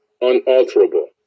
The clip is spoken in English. unalterable